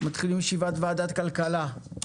מתחילים ישיבת ועדת כלכלה.